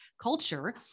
culture